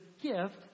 gift